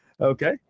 Okay